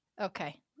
Okay